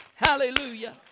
Hallelujah